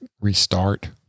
restart